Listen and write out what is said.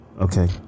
Okay